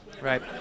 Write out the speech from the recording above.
Right